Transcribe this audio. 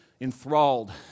enthralled